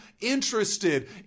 interested